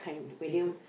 we could